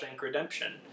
Redemption*